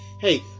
hey